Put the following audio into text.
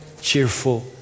cheerful